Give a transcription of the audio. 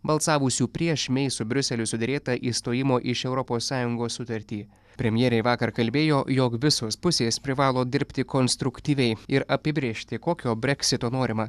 balsavusių prieš mei su briuseliu suderėtą išstojimo iš europos sąjungos sutartį premjerė vakar kalbėjo jog visos pusės privalo dirbti konstruktyviai ir apibrėžti kokio breksito norima